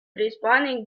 responding